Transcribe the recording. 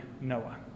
Noah